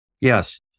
Yes